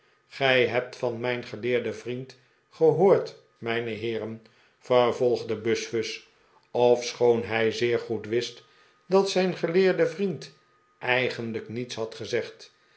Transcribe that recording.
gij hebt van mijn geleerden vriend ge hoord mijne heeren vervolgde buzfuz ofschoon hij zeer goed wist dat zijn geleerde vriend eigenlijk niets had gezegd